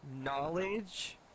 knowledge